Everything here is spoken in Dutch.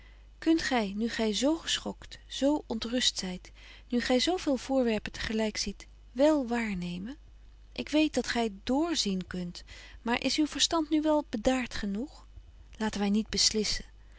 kunt gy nu gy zo geschokt zo ontrust zyt nu gy zo veel voorwerpen te gelyk ziet wél waarnemen ik weet dat gy dr zien kunt maar is uw verstand nu wel bedaart genoeg laten wy niet beslissen